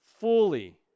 fully